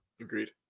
Agreed